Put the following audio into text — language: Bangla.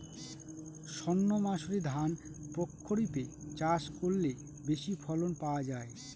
সর্ণমাসুরি ধান প্রক্ষরিপে চাষ করলে বেশি ফলন পাওয়া যায়?